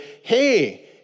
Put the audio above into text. hey